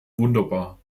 wunderbar